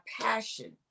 passion